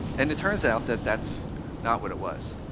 and it turns out that that's not what it was.